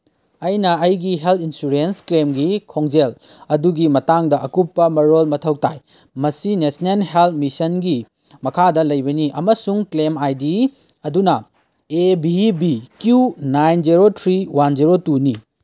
ꯑꯩꯅ ꯑꯩꯒꯤ health insurance ꯀ꯭ꯂꯦꯝꯒꯤ ꯈꯣꯡꯖꯦꯜ ꯑꯗꯨꯒꯤ ꯃꯇꯥꯡꯗ ꯑꯀꯨꯞꯄ ꯃꯔꯣꯜ ꯃꯊꯧ ꯇꯥꯏ ꯃꯁꯤ ꯅꯦꯁꯅꯦꯜ ꯍꯦꯜꯠ ꯃꯤꯁꯟꯒꯤ ꯃꯈꯥꯗ ꯂꯩꯕꯅꯤ ꯑꯃꯁꯨꯡ ꯀ꯭ꯂꯦꯝ ꯑꯥꯏ ꯗꯤ ꯑꯗꯨꯅ A V B Q nine zero three one zero ꯇꯨꯅꯤ